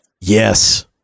Yes